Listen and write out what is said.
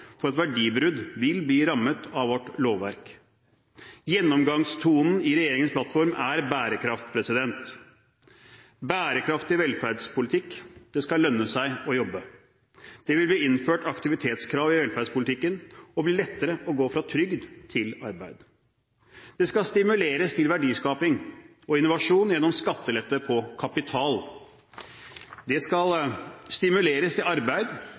for et verdibrudd vil bli rammet av vårt lovverk. Gjennomgangstonen i regjeringens plattform er bærekraft. Bærekraftig velferdspolitikk – det skal lønne seg å jobbe. Det vil bli innført aktivitetskrav i velferdspolitikken, og det vil bli lettere å gå fra trygd til arbeid. Det skal stimuleres til verdiskaping og innovasjon gjennom skattelette på kapital. Det skal stimuleres til arbeid